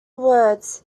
words